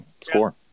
score